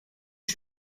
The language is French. que